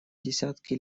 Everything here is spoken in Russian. десятки